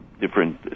different